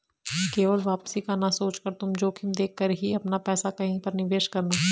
केवल वापसी का ना सोचकर तुम जोखिम देख कर ही अपना पैसा कहीं पर निवेश करना